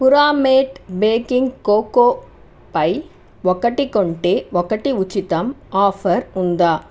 ప్యూరామేట్ baking cocoa పై ఒకటి కొంటే ఒకటి ఉచితం ఆఫర్ ఉందా